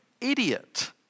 idiot